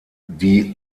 die